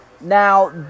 Now